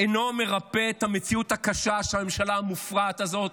אינו מרפא את המציאות הקשה של הממשלה המופרעת הזאת,